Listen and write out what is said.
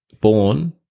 born